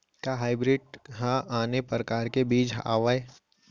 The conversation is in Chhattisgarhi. का हाइब्रिड हा आने परकार के बीज आवय?